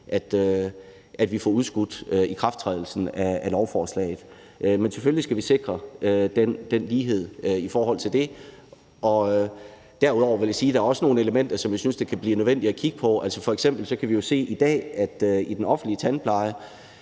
at vi får udskudt ikrafttrædelsen af lovforslaget. Men selvfølgelig skal vi sikre den lighed i forhold til det. Derudover vil jeg sige, at der også er nogle elementer, som jeg synes det kan blive nødvendigt at kigge på. F.eks. kan vi se i dag, at den offentlige tandpleje